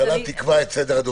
ביקשה.